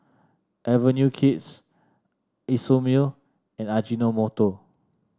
Avenue Kids Isomil and Ajinomoto